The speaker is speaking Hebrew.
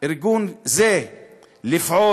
ארגון זה לפעול